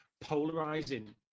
polarizing